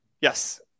yes